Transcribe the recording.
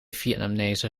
vietnamese